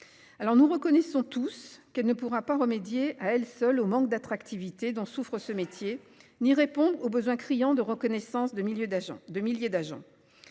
Alors nous reconnaissons tous qu'elle ne pourra pas remédier à elle seule au manque d'attractivité dont souffrent ce métier ni répondre aux besoins criants de reconnaissance de milieu d'agents